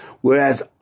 whereas